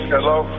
Hello